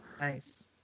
Nice